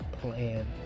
plan